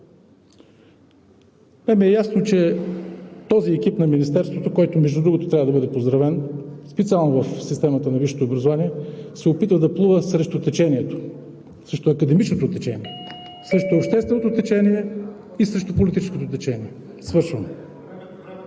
е ясно, че този екип на Министерството, който, между другото, трябва да бъде поздравен специално в системата на висшето образование, се опитва да плува срещу течението, срещу академичното течение, срещу общественото течение и срещу политическото течение.